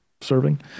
serving